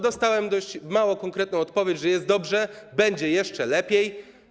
Dostałem mało konkretną odpowiedź, że jest dobrze, a będzie jeszcze lepiej.